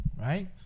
right